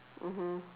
mmhmm